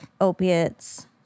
opiates